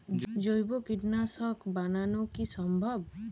জৈব কীটনাশক বানানো কি সম্ভব?